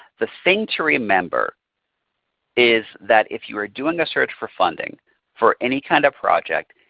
the thing to remember is that if you are doing a search for funding for any kind of project,